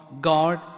God